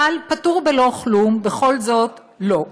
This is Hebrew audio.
אבל פטור בלא כלום בכל זאת לא.